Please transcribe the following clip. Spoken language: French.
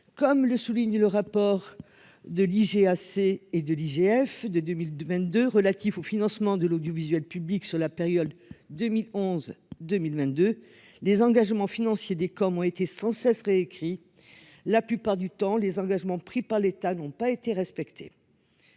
Comme le souligne le rapport de l'IGA assez et de l'IGF de 2022 relatif au financement de l'audiovisuel public sur la période 2011 2022, les engagements financiers des comme ont été sans cesse réécrit. La plupart du temps les engagements pris par l'État n'ont pas été respectés.